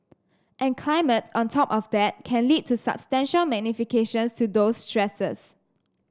and climate on top of that can lead to substantial magnifications to those stresses